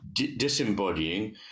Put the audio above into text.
disembodying